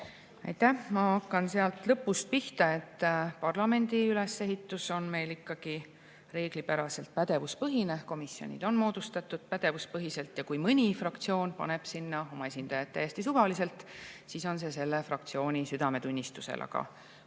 Aitäh! Ma hakkan lõpust pihta. Parlamendi ülesehitus on meil reeglipäraselt pädevuspõhine, komisjonid on moodustatud pädevuspõhiselt ja kui mõni fraktsioon paneb sinna oma esindaja täiesti suvaliselt, siis on see selle fraktsiooni südametunnistusel. Aga